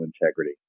integrity